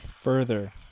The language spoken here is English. further